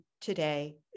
today